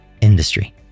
industry